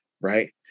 Right